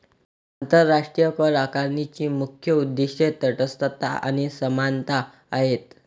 आंतरराष्ट्रीय करआकारणीची मुख्य उद्दीष्टे तटस्थता आणि समानता आहेत